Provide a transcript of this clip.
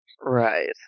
Right